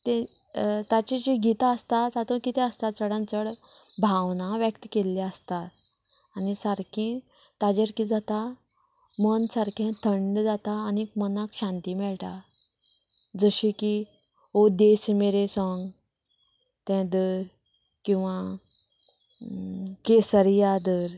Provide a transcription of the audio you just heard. ते ताचीं जीं गितां आसता तातूंत कितें आसता चडांत चड भावनां व्यक्त केल्ली आसता आनी सारकी ताजेर कितें जाता मन सारकें थंड जाता आनी मनाक शांती मेळटा जशी की ओ देश मेरे सोंग तें धर किंवां केसरिया धर